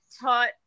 taught